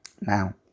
Now